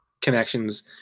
connections